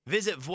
Visit